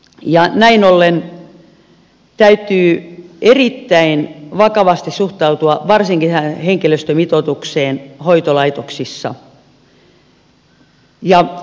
näin ollen täytyy erittäin vakavasti suhtautua varsinkin henkilöstömitoitukseen hoitolaitoksissa